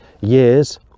years